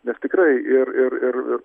nes tikrai ir ir ir ir